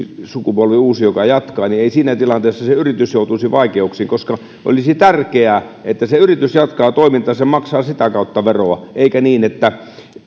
kun uusi sukupolvi jatkaa niin siinä tilanteessa yritys joutuisi vaikeuksiin olisi tärkeää että se yritys jatkaa toimintaansa se maksaa sitä kautta veroa eikä niin että